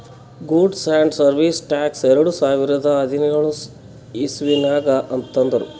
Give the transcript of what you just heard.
goods and service tax ಎರಡು ಸಾವಿರದ ಹದಿನ್ಯೋಳ್ ಇಸವಿನಾಗ್ ತಂದುರ್